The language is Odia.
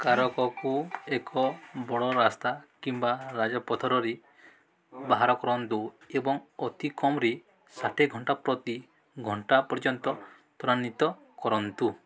କାରକକୁ ଏକ ବଡ଼ ରାସ୍ତା କିମ୍ବା ରାଜପଥରେ ବାହାର କରନ୍ତୁ ଏବଂ ଅତି କମ୍ରେ ଷାଠିଏ ଘଣ୍ଟା ପ୍ରତି ଘଣ୍ଟା ପର୍ଯ୍ୟନ୍ତ ତ୍ୱରାନ୍ୱିତ କରନ୍ତୁ